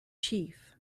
chief